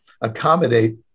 accommodate